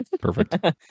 perfect